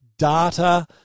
data